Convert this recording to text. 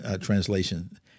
translation